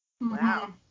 Wow